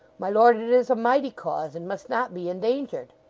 my lord, it is a mighty cause, and must not be endangered.